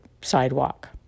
sidewalk